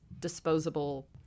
disposable